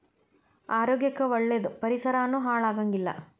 ಆರೋಗ್ಯ ಕ್ಕ ಒಳ್ಳೇದ ಪರಿಸರಾನು ಹಾಳ ಆಗಂಗಿಲ್ಲಾ